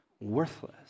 worthless